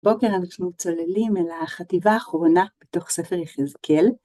בוקר אנחנו צוללים אל החטיבה האחרונה בתוך ספר יחזקאל.